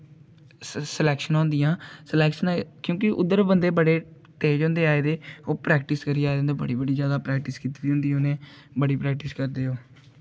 सिलेक्शनां होंदियां क्योंकि उद्धर बंदे बड़े तेज़ होंदे आए दे ओह् प्रेक्टिस करियै आये दे होंदे उ'नें बड़ी बड़ी जादा प्रेक्टिस कीती दी होंदी उ'नें बड़ी प्रेक्टिस करदे ओह्